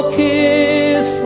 kiss